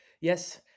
Yes